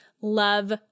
Love